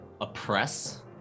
oppress